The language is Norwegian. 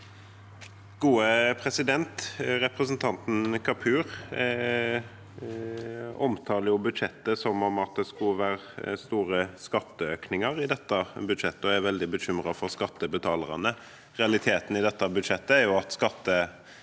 (A) Representanten Ka- pur omtaler budsjettet som om det skulle være store skatteøkninger i dette budsjettet, og er veldig bekymret for skattebetalerne. Realiteten i dette budsjettet er at skatte- og